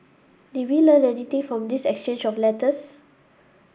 did we learn anything from this exchange of letters